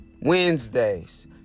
Wednesdays